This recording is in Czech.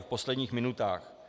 V posledních minutách.